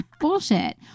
bullshit